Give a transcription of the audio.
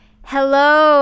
Hello